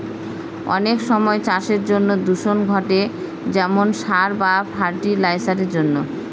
অনেক সময় চাষের জন্য দূষণ ঘটে যেমন সার বা ফার্টি লাইসারের জন্য